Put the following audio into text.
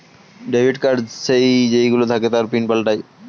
debit card যেই গুলো থাকে তার পিন পাল্টায়ে